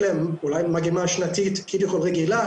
אלא אולי מגמה שנתית כביכול רגילה,